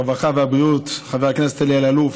הרווחה והבריאות חבר הכנסת אלי אלאלוף,